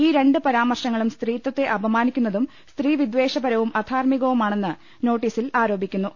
ഈ രണ്ട് പരാമർശങ്ങളും സ്ത്രീത്ത്തെ അപമാനിക്കുന്നതും സ്ത്രീവി ദ്ദേഷപരവും അധാർമികവുമാണെന്ന് നോട്ടീസിൽ ആരോപിക്കു ന്നു